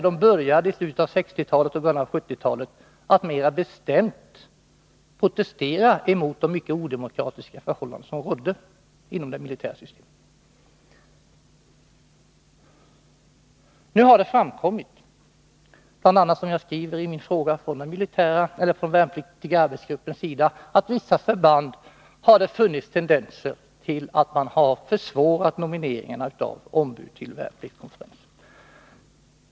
De började ju i slutet av 1960-talet och början av 1970-talet att mer bestämt protestera emot de mycket odemokratiska förhållanden som rådde inom det militära systemet. Nu har framkommit, bl.a. från — som jag skriver i min fråga — den värnpliktiga arbetsgruppens sida, att det vid vissa förband har funnits tendenser till att försvåra nomineringen av ombud till värnpliktsriksdagen.